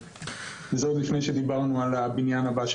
וזה עוד לפני שדיברנו על הבניין הבא,